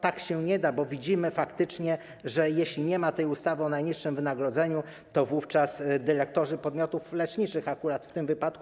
Tak się nie da, bo widzimy faktycznie, że jeśli nie ma ustawy o najniższym wynagrodzeniu, to wówczas dyrektorzy podmiotów leczniczych, akurat w tym wypadku.